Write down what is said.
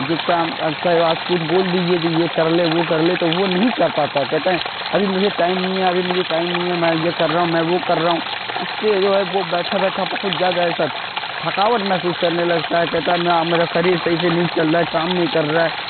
جو کام کچھ بول دیجیے کہ یہ کر لے وہ کر لے تو وہ نہیں کر پاتا ہے کہتے ہیں ابھی مجھے ٹائم نہیں ہے ابھی مجھے ٹائم نہیں ہے میں یہ کر رہا ہوں میں وہ کر رہا ہوں اس سے جو ہے وہ بیٹھا بیٹھا بہت زیادہ تھکاوٹ محسوس کرنے لگتا ہے کہتا ہے میں میرا شریر صحیح سے نہیں چل رہا ہے کام نہیں کر رہا ہے